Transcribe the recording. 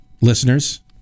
Listeners